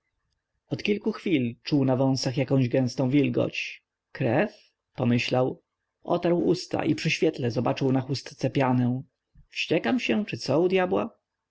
od kilku chwil czuł na wąsach jakąś gęstą wilgoć krew pomyślał otarł usta i przy świetle zobaczył na chustce pianę wściekam się czy co u dyabła